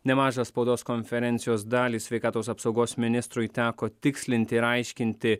nemažą spaudos konferencijos dalį sveikatos apsaugos ministrui teko tikslinti ir aiškinti